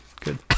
good